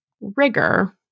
rigor